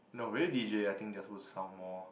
no radio d_j I think they are suppose to sound more